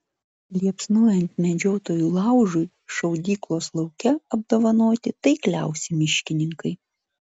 liepsnojant medžiotojų laužui šaudyklos lauke apdovanoti taikliausi miškininkai